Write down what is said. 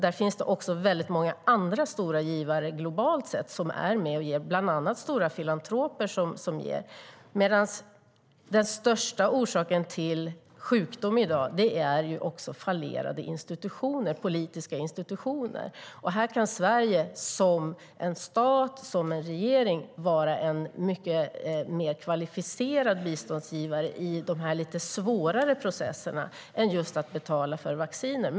Där finns det också många andra stora givare globalt sett som är med och ger, bland annat stora filantroper. Den största orsaken till sjukdom i dag är fallerade politiska institutioner. Här kan Sverige som en stat, och en regering, vara en mycket mer kvalificerad biståndsgivare i de lite svårare processerna än att just betala för vacciner.